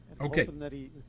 Okay